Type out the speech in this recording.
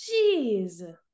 Jeez